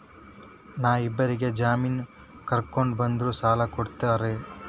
ನಾ ಇಬ್ಬರಿಗೆ ಜಾಮಿನ್ ಕರ್ಕೊಂಡ್ ಬಂದ್ರ ಸಾಲ ಕೊಡ್ತೇರಿ?